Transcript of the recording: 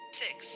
six